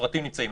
והפרטים נמצאים.